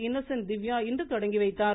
Innocent Divya இன்று தொடங்கி வைத்தார்